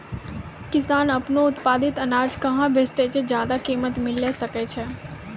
किसान आपनो उत्पादित अनाज कहाँ बेचतै जे ज्यादा कीमत मिलैल सकै छै?